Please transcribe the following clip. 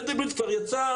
מנדלבליט כבר יצא,